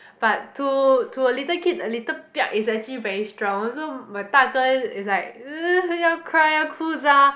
but to to a little kid a little is actually very strong one so my 大哥 is like 要 cry 要哭